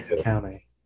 county